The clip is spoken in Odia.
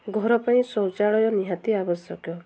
ଘର ପାଇଁ ଶୌଚାଳୟ ନିହାତି ଆବଶ୍ୟକ